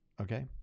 okay